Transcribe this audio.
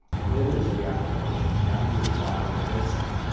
and then there's the application. how do you apply at the bedside?